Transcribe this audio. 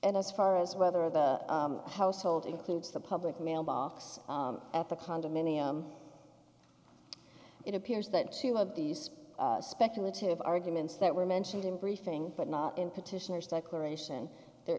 and as far as whether the household includes the public mailbox at the condominium it appears that you have these speculative arguments that were mentioned in briefing but not in petitioner's declaration there